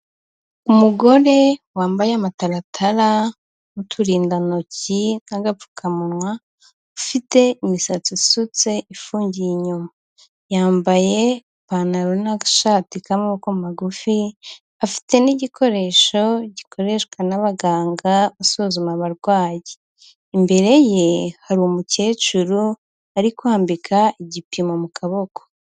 Umugore wambaye amataratara n'uturindantoki n'agapfukamunwa ,ufite imisatsi isutse ifungiye inyuma, yambaye ipantaro n'agashati k'amaboko magufi, afite n'igikoresho gikoreshwa n'abaganga usuzuma abarwayi, imbere ye hari umukecuru ari kwambika igipimo mu kaboko.